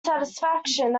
satisfaction